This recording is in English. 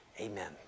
amen